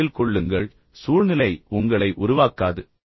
நினைவில் கொள்ளுங்கள் நான் முன்பு கூறியது போல் சூழ்நிலை உங்களை உருவாக்காது